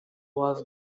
was